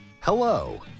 Hello